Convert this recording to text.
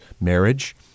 marriage